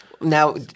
Now